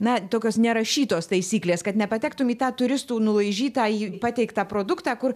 na tokios nerašytos taisyklės kad nepatektum į tą turistų nulaižytą į pateiktą produktą kur